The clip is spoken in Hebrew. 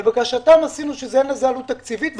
לבקשתם עשינו שאין לזה עלות תקציבית,